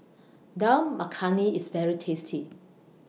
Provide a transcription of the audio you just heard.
Dal Makhani IS very tasty